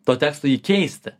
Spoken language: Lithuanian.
to teksto jį keisti